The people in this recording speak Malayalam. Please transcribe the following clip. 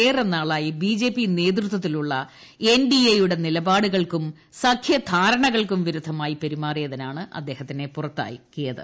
ഏറെ നാളായി ബിജെപി നേതൃത്വത്തിലുള്ള എൻഡിഎ യുടെ നിലപാടുകൾക്കും സഖ്യ ധാരണകൾക്കും വിരുദ്ധമായി പെരുമാറിയതിനാണ് ഇദ്ദേഹത്തെ പുറത്താക്കിയത്